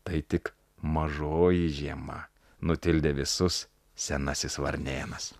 tai tik mažoji žiema nutildė visus senasis varnėnas